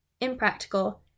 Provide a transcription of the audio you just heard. impractical